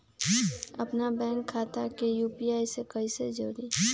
अपना बैंक खाता के यू.पी.आई से कईसे जोड़ी?